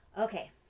Okay